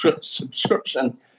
subscription